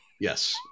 Yes